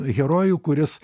herojų kuris